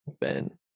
Ben